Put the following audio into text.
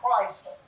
Christ